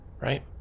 Right